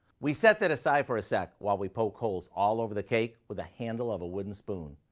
we set that aside for a sec while we poke holes all over the cake with the handle of a wooden spoon.